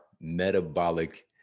metabolic